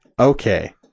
Okay